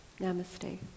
Namaste